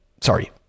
Sorry